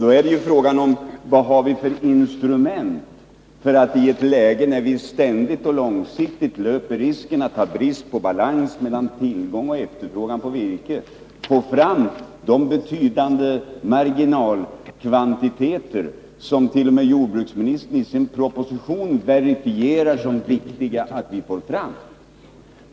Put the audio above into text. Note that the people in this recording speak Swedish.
Då är det fråga om vilka instrument vi har för att, i ett läge där vi ständigt och långsiktigt löper risken att ha brist på balans mellan tillgång och efterfrågan på virke, få fram de betydelsefulla marginalkvantiteter som t.o.m. jordbruksministern i sin proposition verifierar som viktiga att vi får fram.